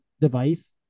device